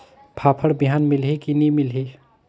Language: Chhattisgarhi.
फाफण बिहान मिलही की नी मिलही?